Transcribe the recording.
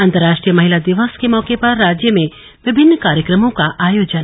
अंतर्राश्ट्रीय महिला दिवस के मौके पर राज्य में विभिन्न कार्यक्रमों का आयोजन